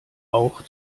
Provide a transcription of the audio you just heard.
auch